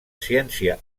ciència